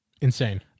Insane